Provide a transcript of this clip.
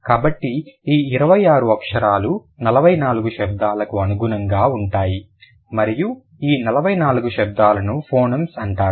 కాబట్టి ఈ 26 అక్షరాలు 44 శబ్దాలకు అనుగుణంగా ఉంటాయి మరియు ఈ 44 శబ్దాలను ఫోనెమ్స్ అంటారు